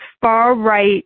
far-right